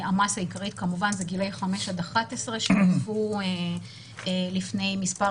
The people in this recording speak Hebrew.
המסה העיקרית כמובן היא גילי 5 עד 11 שהוכרו לפני מספר